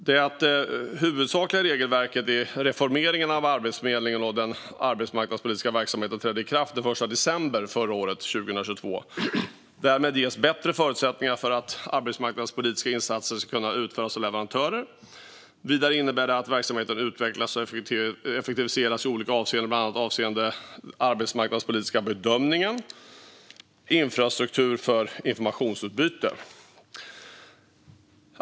Det huvudsakliga regelverket i reformeringen av Arbetsförmedlingen och den arbetsmarknadspolitiska verksamheten trädde i kraft den 1 december 2022. Därmed ges bättre förutsättningar för att arbetsmarknadspolitiska insatser ska kunna utföras av leverantörer. Vidare innebär detta att verksamheten utvecklas och effektiviseras i olika avseenden, bland annat avseende den arbetsmarknadspolitiska bedömningen och infrastruktur för informationsutbyte.